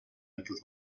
этот